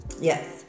Yes